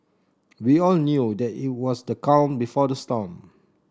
we all knew that it was the calm before the storm